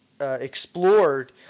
explored